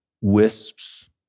wisps